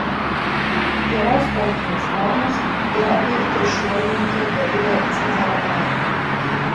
geros sportinės formos yra ir trišuolininkė dovilė dzindzaletaitė